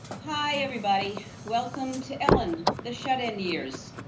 hi, everybody. welcome to ellen. the shut-in years.